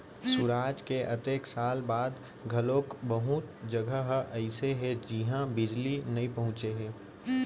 सुराज के अतेक साल बाद घलोक बहुत जघा ह अइसे हे जिहां बिजली नइ पहुंचे हे